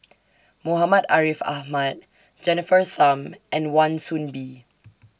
Muhammad Ariff Ahmad Jennifer Tham and Wan Soon Bee